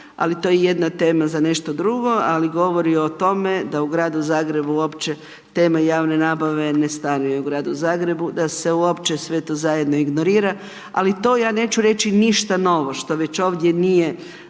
ali to je jedna tema za nešto drugo, ali govori o tome da u Gradu Zagrebu uopće tema javne nabave ne stanuje u Gradu Zagrebu, da se uopće sve to zajedno ignorira, ali to ja neću reći ništa novo što već ovdje nije